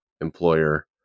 employer